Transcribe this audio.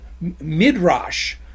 midrash